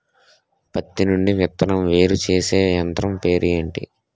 పత్తి నుండి విత్తనం వేరుచేసే యంత్రం పేరు ఏంటి